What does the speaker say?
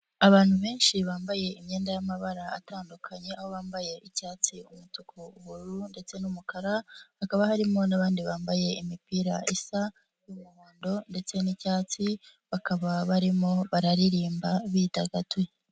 Abantu benshi bambaye imyenda y'amabara atandukanye aho bambaye icyatsi, umutuku, ubururu, ndetse n'umukara, hakaba harimo n'abandi bambaye imipira isa y'umuhondo ndetse n'icyatsi bakaba barimo bararirimba bidagaduye.